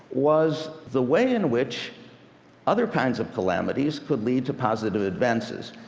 was the way in which other kinds of calamities could lead to positive advances.